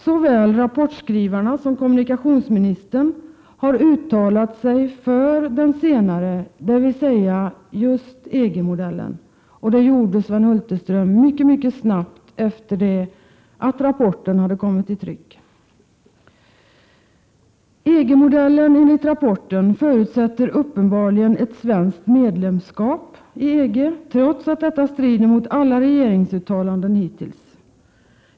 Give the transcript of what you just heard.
Såväl rapportskrivarna som kommunikationsministern har uttalat sig för det senare scenariot, dvs. just EG-modellen. Det gjorde Sven Hulterström mycket snabbt efter det att rapporten hade kommit i tryck. EG-modellen enligt rapporten förutsätter uppenbarligen ett svenskt medlemskap i EG, trots att detta strider mot alla regeringsuttalanden hittills.